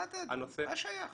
מה שייך?